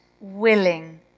willing